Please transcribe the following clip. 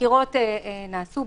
חקירות נעשו,